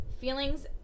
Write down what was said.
feelings